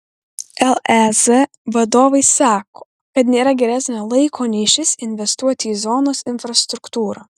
lez vadovai sako kad nėra geresnio laiko nei šis investuoti į zonos infrastruktūrą